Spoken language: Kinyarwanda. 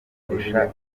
kurusha